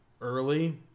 early